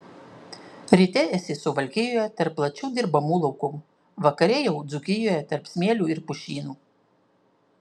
ryte esi suvalkijoje tarp plačių dirbamų laukų vakare jau dzūkijoje tarp smėlių ir pušynų